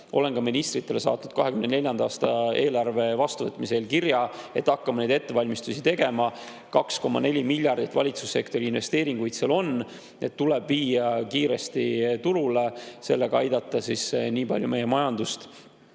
Olen ka ministritele saatnud 2024. aasta eelarve vastuvõtmise eel kirja, et hakkame neid ettevalmistusi tegema. 2,4 miljardit valitsussektori investeeringuid seal on, need tuleb viia kiiresti turule ja sellega aidata nii palju meie majandust,